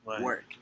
work